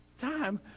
time